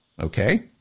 Okay